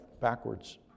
backwards